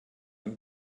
and